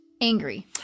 Angry